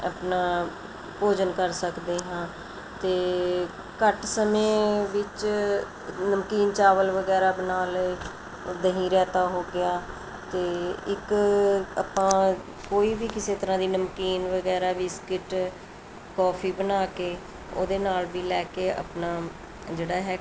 ਆਪਣਾ ਭੋਜਨ ਕਰ ਸਕਦੇ ਹਾਂ ਅਤੇ ਘੱਟ ਸਮੇਂ ਵਿੱਚ ਨਮਕੀਨ ਚਾਵਲ ਵਗੈਰਾ ਬਣਾ ਲਏ ਦਹੀਂ ਰਾਇਤਾ ਹੋ ਗਿਆ ਅਤੇ ਇੱਕ ਆਪਾਂ ਕੋਈ ਵੀ ਕਿਸੇ ਤਰ੍ਹਾਂ ਦੀ ਨਮਕੀਨ ਵਗੈਰਾ ਬਿਸਕਿਟ ਕੋਫੀ ਬਣਾ ਕੇ ਉਹਦੇ ਨਾਲ ਵੀ ਲੈ ਕੇ ਆਪਣਾ ਜਿਹੜਾ ਹੈ